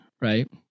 right